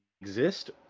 exist